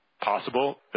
Possible